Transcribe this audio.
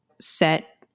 set